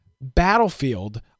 Battlefield